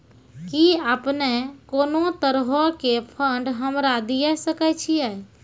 कि अपने कोनो तरहो के फंड हमरा दिये सकै छिये?